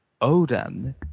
Odin